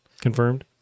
Confirmed